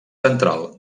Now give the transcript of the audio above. central